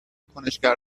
کنشگر